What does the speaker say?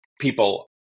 people